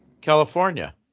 California